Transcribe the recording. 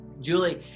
Julie